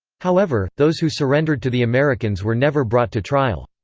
however, those who surrendered to the americans were never brought to trial.